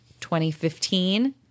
2015